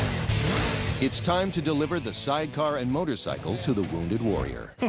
it's time to deliver the sidecar and motorcycle to the wounded warrior.